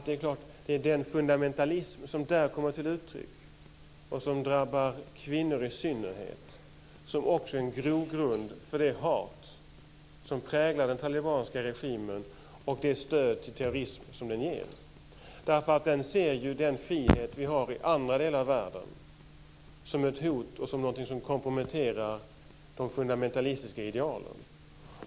Det är klart att det är den fundamentalism som där kommer till uttryck och som drabbar kvinnor i synnerhet som också är en grogrund för det hat som präglar den talibanska regimen och det stöd till terrorism som den ger. Man ser ju den frihet som vi har i andra delar av världen som ett hot och som någonting som komprometterar de fundamentalistiska idealen.